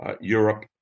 Europe